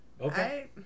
Okay